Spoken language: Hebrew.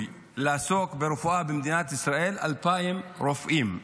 לעסוק ברפואה במדינת ישראל 2,000 רופאים.